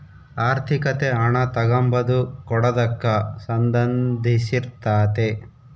ಆರ್ಥಿಕತೆ ಹಣ ತಗಂಬದು ಕೊಡದಕ್ಕ ಸಂದಂಧಿಸಿರ್ತಾತೆ